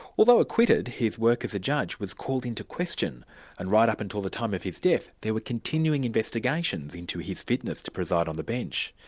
although acquitted, his work as a judge was called into question and right up until the time of his death there were continuing investigations into his fitness to preside on the bench.